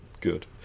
Good